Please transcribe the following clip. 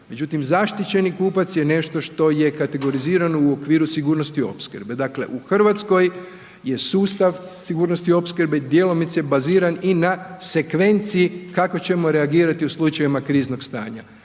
međutim zaštićeni kupac je nešto što je kategorizirano u okviru sigurnosti opskrbe. Dakle, u Hrvatskoj je sustav sigurnosti opskrbe djelomice baziran i na sekvenciji kako ćemo reagirati u slučajevima kriznog stanja.